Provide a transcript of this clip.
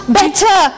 better